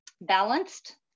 balanced